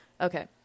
Okay